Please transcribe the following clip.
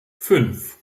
fünf